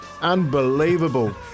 unbelievable